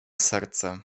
serce